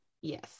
Yes